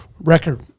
record